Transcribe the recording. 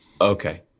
Okay